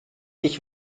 ich